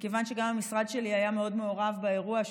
מכיוון שגם המשרד שלי היה מאוד מעורב באירוע,